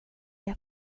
jag